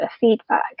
feedback